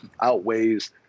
outweighs